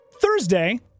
Thursday